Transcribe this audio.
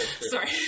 sorry